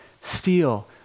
steal